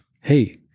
hey